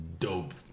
Dope